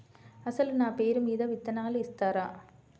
అసలు నా పేరు మీద విత్తనాలు ఇస్తారా?